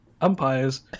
umpires